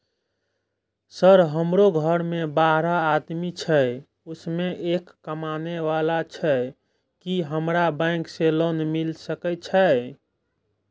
Sir हमरो घर में बारह आदमी छे उसमें एक कमाने वाला छे की हमरा बैंक से लोन मिल सके छे?